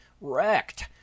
wrecked